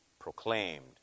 proclaimed